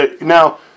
Now